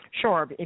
Sure